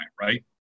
Right